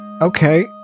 okay